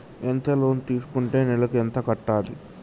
ఎంత లోన్ తీసుకుంటే నెలకు ఎంత కట్టాలి?